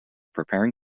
preparing